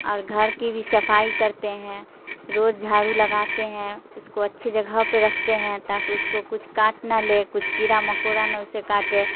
اور گھر کی بھی صفائی کرتے ہیں روز جھاڑو لگاتے ہیں اس کو اچھی جگہ پہ رکھتے ہیں تا کہ اس کو کچھ کاٹ نہ لے کچھ کیڑا مکوڑا نہ اسے کاٹے